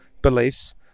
beliefs